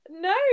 no